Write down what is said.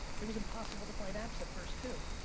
it was impossible to find apps at first too.